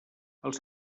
els